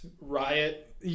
riot